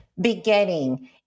beginning